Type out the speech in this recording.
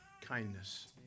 kindness